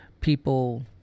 people